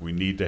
we need to